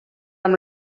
amb